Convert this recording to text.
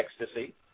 Ecstasy